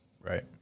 Right